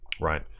right